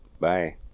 Bye